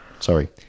Sorry